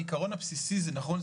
העיקרון הבסיסי נכון,